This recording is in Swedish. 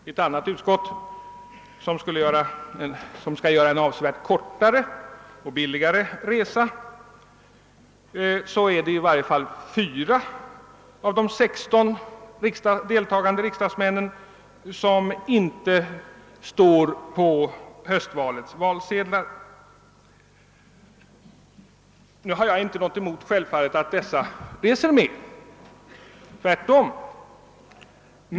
I ett annat utskott, som skall göra en avsevärt kortare och billigare resa, är det fyra av de 16 deltagande riksdagsmännen som inte står på höstvalets valsedlar. Självfallet har jag ingenting emot att de reser med, tvärtom.